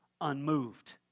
unmoved